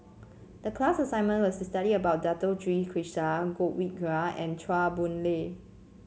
the class assignment was to study about Dato Sri Krishna Godwin Koay and Chua Boon Lay